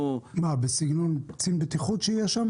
בסגנון קצין בטיחות שיהיה בחברה?